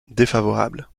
défavorable